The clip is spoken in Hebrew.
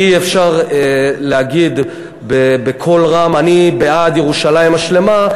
אי-אפשר להגיד בקול רם: אני בעד ירושלים השלמה,